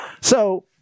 So-